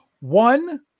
One